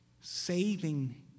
saving